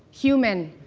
human,